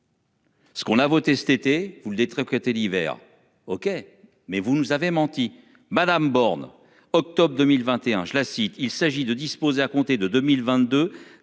Ce qu'on a voté cet été vous le détricoter l'hiver. OK mais vous nous avez menti madame Borne octobre 2021 cite il s'agit de disposer à compter de 2022,